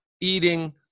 eating